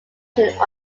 version